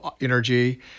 energy